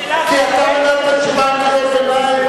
השאלה, לא,